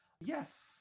Yes